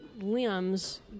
limbs